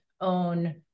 own